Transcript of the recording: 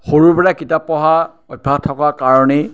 সৰুৰ পৰা কিতাপ পঢ়াৰ অভ্যাস থকাৰ কাৰণেই